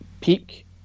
peak